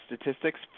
statistics